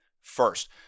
First